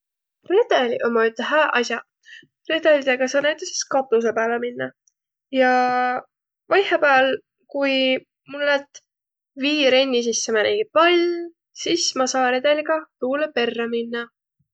Redeliq ommaq üteq hääq as'aq. Redelidega saa näütüses katusõ pääle minnäq. Ja vaihõpääl, kui mul lätt viirenni sisse määnegiq pall, sis ma saa redeliga tuulõ perrä minnäq.